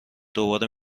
دوباره